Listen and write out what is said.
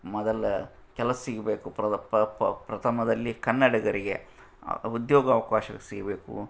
ಮೊದಲು ಕೆಲ್ಸ ಸಿಗಬೇಕು ಪ್ರ ಪ ಪ ಪ್ರಥಮದಲ್ಲಿ ಕನ್ನಡಿಗರಿಗೆ ಉದ್ಯೋಗವ್ಕಾಶವು ಸಿಗಬೇಕು